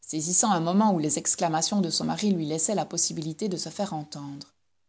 saisissant un moment où les exclamations de son mari lui laissaient la possibilité de se faire entendre